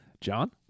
John